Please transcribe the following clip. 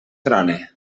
trone